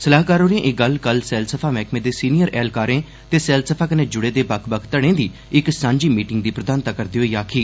सलाहकार होरें एह गल्ल कल सैलसफा मैहकमे दे सीनियर ऐहलकारें ते सैलसफा कन्नै जुड़े दे बक्ख बक्ख धड़ें दी इक सांझी मीटिंग दी प्रधानता करदे होई आखी